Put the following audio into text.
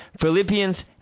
Philippians